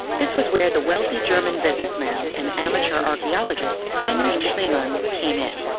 this was where the wealthy german businessman and amateur archaeologist heinrich schliemann came in.